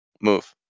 Move